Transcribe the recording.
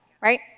right